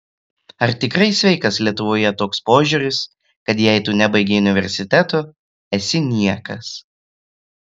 ar tikrai sveikas lietuvoje toks požiūris kad jei tu nebaigei universiteto esi niekas